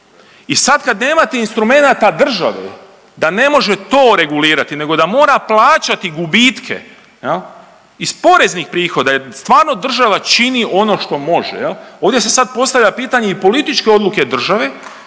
I sad kad nemate instrumenata države da ne može to regulirati nego da mora plaćati gubitke jel iz poreznih prihoda jer stvarno država čini ono što može jel. Ovdje se sad postavlja pitanje i političke odluke države